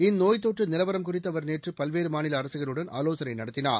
இந்நோய் தொற்று நிலவரம் குறித்து அவர் நேற்று பல்வேறு மாநில அரசுகளுடன் ஆலோசனை நடத்தினார்